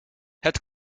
het